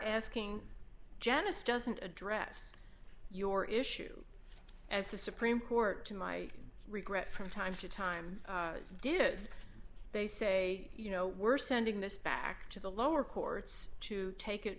asking janice doesn't address your issue as the supreme court to my regret from time to time did they say you know we're sending this back to the lower courts to take it